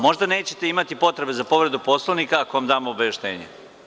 Možda nećete imati potrebe za povredu Poslovnika, ako vam dam obaveštenje.